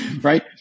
right